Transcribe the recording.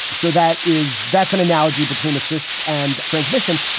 so that is that's an analogy between assists and transmission.